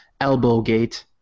Elbowgate